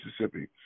Mississippi